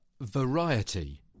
variety